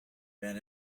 van